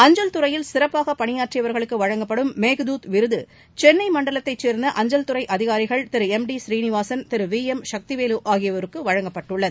அஞ்சல் துறையில் சிறப்பாக பணியாற்றியவர்களுக்கு வழங்கப்படும் மேகதூத் விருது சென்னை மண்டலத்தைச் சேர்ந்த அஞ்சல் துறை அதிகாரிகள் Thiru M D Srinivasan Thiru V M Sakthivel ஆகியோருக்கு வழங்கப்பட்டுள்ளது